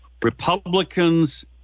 Republicans